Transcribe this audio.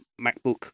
MacBook